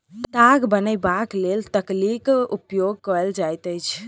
ताग बनयबाक लेल तकलीक उपयोग कयल जाइत अछि